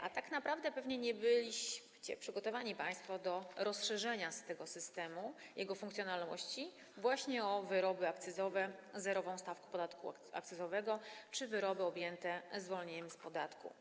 A tak naprawdę pewnie nie byliście państwo przygotowani do rozszerzenia tego systemu, jego funkcjonalności, właśnie o wyroby akcyzowe objęte zerową stawką podatku akcyzowego czy wyroby objęte zwolnieniem z podatku.